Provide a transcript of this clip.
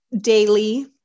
daily